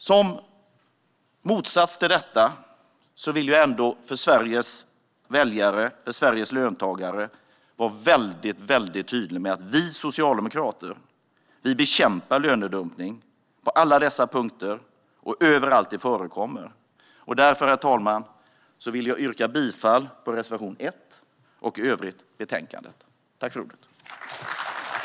Som motsats till detta vill jag för Sveriges väljare och för Sveriges löntagare vara väldigt tydlig med att vi socialdemokrater bekämpar lönedumpning på alla dessa punkter och överallt där den förekommer. Därför, herr talman, vill jag yrka bifall till reservation 1 och i övrigt yrka bifall till förslaget i betänkandet.